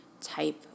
type